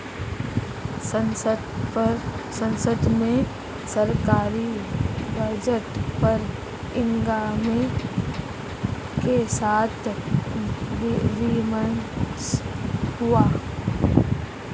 संसद में सरकारी बजट पर हंगामे के साथ विमर्श हुआ